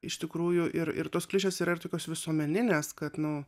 iš tikrųjų ir ir tos klišės yra ir tokios visuomenines kad nu